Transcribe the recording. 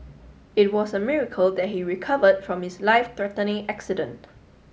it was a miracle that he recovered from his life threatening accident